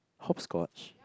hopscotch